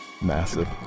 Massive